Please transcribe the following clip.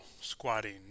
squatting